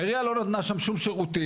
העירייה לא נתנה שם שום שירותים,